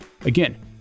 Again